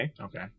Okay